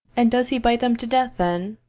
and does he bite them to death then?